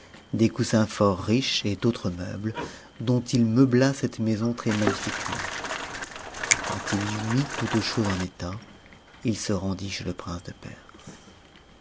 des coussins fort riches et d'autres meubles dont il meubla cette maison très magnifiquement quand il y eut mis toute chose en état il se rendit chez le prince de perse